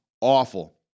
awful